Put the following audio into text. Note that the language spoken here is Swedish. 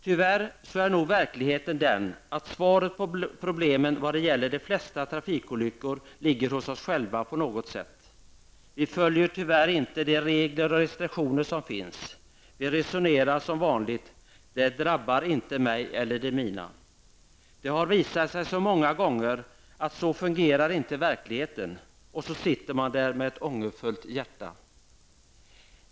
Tyvärr är nog verkligheten den att lösningen på problemen vad gäller de flesta trafikolyckor på något sätt ligger hos oss själva. Vi följer tyvärr inte de regler och restriktioner som finns. Vi resonerar som vanligt: ''Det drabbar inte mig eller de mina.'' Det har visat sig många gånger att det inte fungerar så i verkligheten, och så sitter man där med ett ångerfullt hjärta.